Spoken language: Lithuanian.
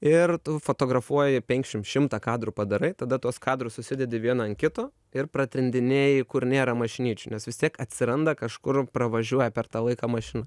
ir tu fotografuoji penkiašim šimtą kadrų padarai tada tuos kadrus užsidedi vieną ant kito ir pratrindinėji kur nėra mašinyčių nes vis tiek atsiranda kažkur pravažiuoja per tą laiką mašina